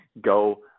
go